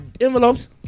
envelopes